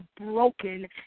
broken